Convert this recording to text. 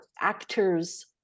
actors